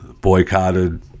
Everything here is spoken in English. boycotted